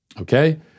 Okay